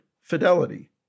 fidelity